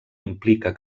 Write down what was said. implica